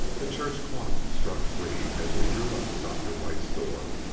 the church clock struck three as we drew up at dr. white's door.